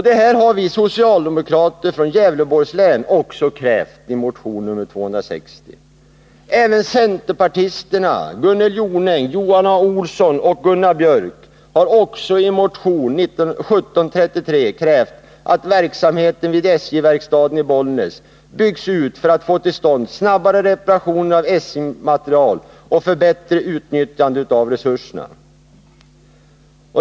Det har vi socialdemokrater från Gävleborgs län också krävt i motion 260, och vidare har centerpartisterna Gunnel Jonäng, Johan A. Olsson och Gunnar Björk i Gävle begärt i motion 1733 att verksamheten vid SJ-verkstaden i Bollnäs byggs ut för att få till stånd snabbare reparationer av SJ-materiel och för bättre utnyttjande av resurserna.